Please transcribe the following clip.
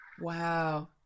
wow